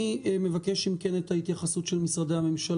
אני מבקש אם כן את ההתייחסות של משרדי הממשלה.